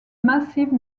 massive